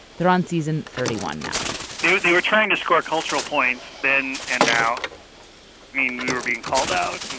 they're on season thirty one now they were trying to score cultural points then and now mean we were being called out and